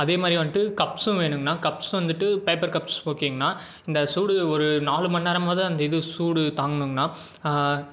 அதே மாதிரி வந்துட்டு கப்ஸு வேணுங்கணா கப்ஸு வந்துவிட்டு பேப்பர் கப்ஸ் ஓகேங்கணா இந்த சூடு ஒரு நாலு மணிநேரமாவது அந்த இது சூடு தாங்கணுங்கணா